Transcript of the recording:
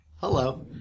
Hello